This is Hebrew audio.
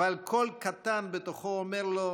אבל קול קטן בתוכו אומר לו: